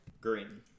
Green